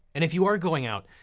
and if you are going out,